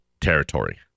territory